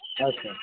ᱟᱪᱪᱷᱟ